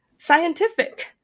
Scientific